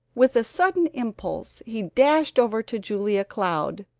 with a sudden impulse he dashed over to julia cloud,